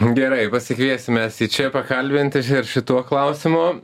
gerai pasikviesim mes jį čia pakalbinti šituo klausimu